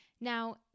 Now